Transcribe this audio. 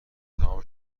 تمام